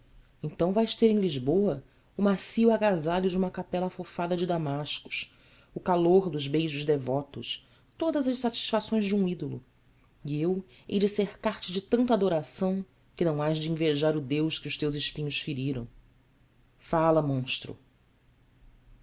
então vais ter em lisboa o macio agasalho de uma capela afofada de damascos o calor dos beijos devotos todas as satisfações de um ídolo e eu hei de cercar te de tanta adoração que não hás de invejar o deus que os teus espinhos feriram fala monstro